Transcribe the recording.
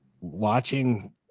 watching